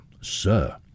Sir